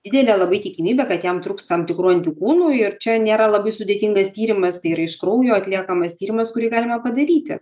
didelė labai tikimybė kad jam trūks tam tikrų antikūnų ir čia nėra labai sudėtingas tyrimas tai yra iš kraujo atliekamas tyrimas kurį galime padaryti